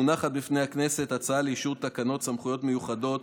מונחת בפני הכנסת הצעה לאישור תקנות סמכויות מיוחדות